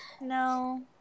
no